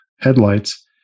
headlights